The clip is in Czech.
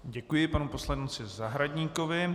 Děkuji panu poslanci Zahradníkovi.